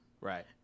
Right